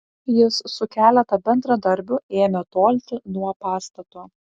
jis su keletu bendradarbių ėmė tolti nuo pastato